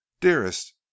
Dearest